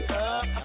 up